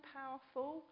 powerful